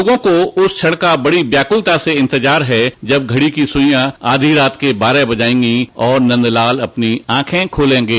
लोगों को उस क्षण का बड़ी व्याकुलता से इंतजार है जब घड़ी की सुईयां आधी रात के बारह बजायेगी और नंदलाल अपनी आंखे खूलेगे